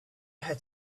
had